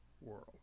world